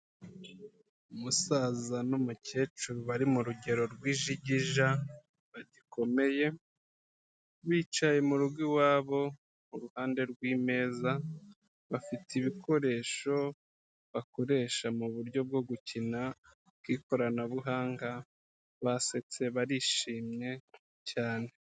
Umusaza n'umukecuru bari mu rugero rw'ijigija bagikomeye, bicaye mu rugo iwabo kuruhande rw'imeza, bafite ibikoresho bakoresha mu buryo bwo gukina bw'ikoranabuhanga, basetse, barishimye cyane.